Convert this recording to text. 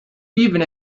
even